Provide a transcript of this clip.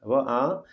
അപ്പോൾ ആ